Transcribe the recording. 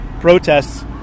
protests